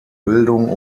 bildung